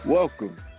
Welcome